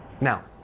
Now